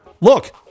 look